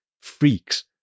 Freaks